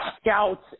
scouts